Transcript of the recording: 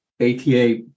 ATA